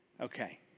Okay